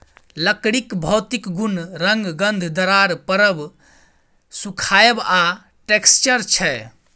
लकड़ीक भौतिक गुण रंग, गंध, दरार परब, सुखाएब आ टैक्सचर छै